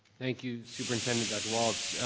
thank you, superintendent dr. walts,